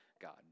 God